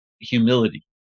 humility